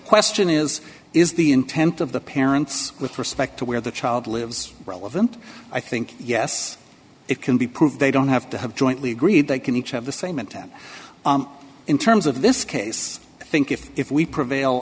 question is is the intent of the parents with respect to where the child lives relevant i think yes it can be proved they don't have to have jointly agreed they can each have the same intent in terms of this case i think if if we prevail